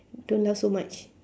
don't laugh so much